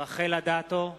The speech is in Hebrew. רחל אדטו,